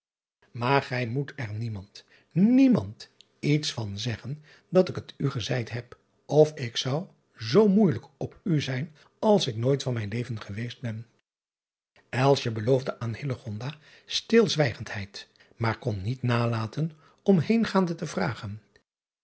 aar gij moet er niemand niemand iets van zeggen dat ik het u gezeid heb of ik zou zoo moeijelijk op u zijn als ik nooit van mijn leven geweest ben beloofde aan stilzwijgendheid maar kon niet nalaten om heengaande te vragen